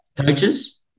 coaches